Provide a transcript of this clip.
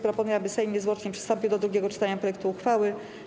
Proponuję, aby Sejm niezwłocznie przystąpił do drugiego czytania projektu uchwały.